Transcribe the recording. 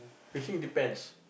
fishing depends